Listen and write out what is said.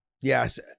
yes